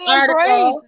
article